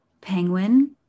Penguin